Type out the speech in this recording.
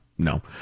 No